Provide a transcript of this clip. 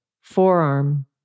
Forearm